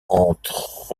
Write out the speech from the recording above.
entre